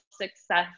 success